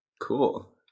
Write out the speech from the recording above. Cool